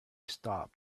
stopped